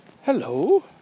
Hello